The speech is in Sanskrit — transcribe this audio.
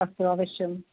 अस्तु अवश्यम्